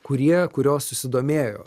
kurie kurios susidomėjo